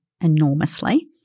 enormously